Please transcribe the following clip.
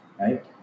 right